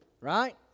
right